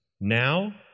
Now